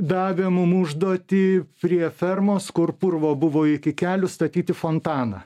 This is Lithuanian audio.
davė mum užduotį prie fermos kur purvo buvo iki kelių statyti fontaną